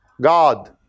God